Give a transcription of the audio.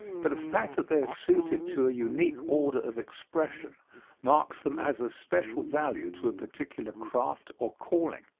but the fact that they are suited to a unique order of expression marks them as of special value to a particular craft or calling.